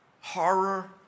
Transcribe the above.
horror